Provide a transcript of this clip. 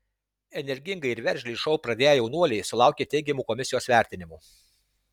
energingai ir veržliai šou pradėję jaunuoliai sulaukė teigiamų komisijos vertinimų